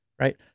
Right